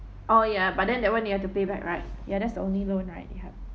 oh ya but then that one you have to pay back right ya that's the only loan right you have